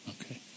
Okay